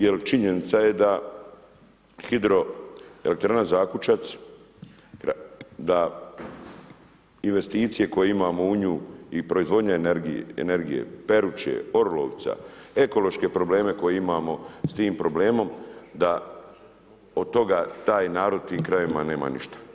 Jer činjenica je da hidroelektrana Zakučac, da investicije koje imamo u nju i proizvodnja energije Peruče, Orlovca, ekološke probleme koje imamo s tim problemom, da od toga taj narod u tim krajevima nema ništa.